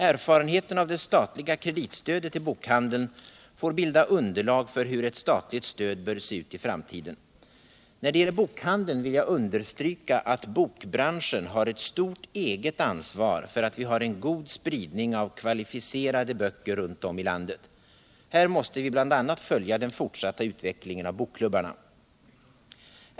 Erfarenheterna av det statliga kreditstödet till bokhandeln får bilda underlag för beslut om hur ett statligt stöd bör se ut i framtiden. När det gäller bokhandelr. vill jag understryka att bokbranschen har ett stort eget ansvar för att vi har en god spridning av kvalificerade böcker runt om i landet. Här måste vi bl.a. följa den fortsatta utvecklingen av bokklubbarna.